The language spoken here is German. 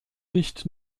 nicht